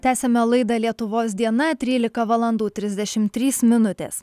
tęsiame laidą lietuvos diena trylika valandų trisdešim trys minutės